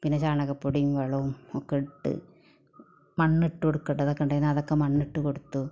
പിന്നെ ചാണകപ്പൊടിയും വളവും ഒക്കെ ഇട്ട് മണ്ണിട്ട് കൊടുക്കേണ്ടതൊക്കെ ഉണ്ടായിനി അതൊക്കെ മണ്ണിട്ട് കൊടുത്തു